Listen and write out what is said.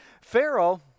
Pharaoh